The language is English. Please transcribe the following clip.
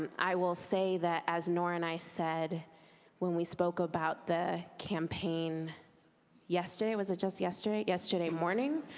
i will say that as nora and i said when we spoke about the campaign yesterday, was it just yesterday? yesterday morning?